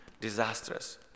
disastrous